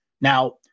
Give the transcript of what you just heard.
Now